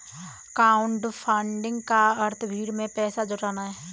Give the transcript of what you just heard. crowdfunding का अर्थ भीड़ से पैसा जुटाना है